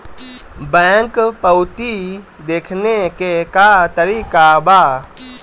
Bank पवती देखने के का तरीका बा?